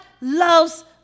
loves